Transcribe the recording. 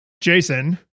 Jason